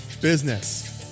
business